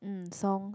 um song